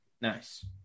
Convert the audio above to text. Nice